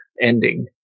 ending